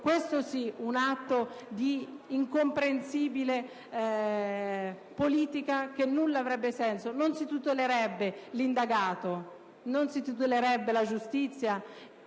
sarebbe un atto di incomprensibile politica, che non avrebbe alcun senso: non si tutelerebbe l'indagato, non si tutelerebbe la giustizia,